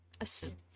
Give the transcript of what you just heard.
assume